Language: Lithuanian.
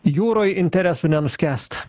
jūroj interesų nenuskęst